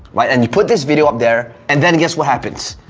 right, and you put this video up there, and then guess what happens?